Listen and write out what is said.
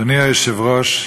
אדוני היושב-ראש,